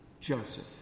Joseph